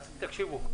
תקשיבו,